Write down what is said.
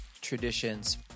traditions